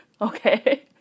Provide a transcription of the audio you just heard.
okay